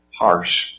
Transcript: harsh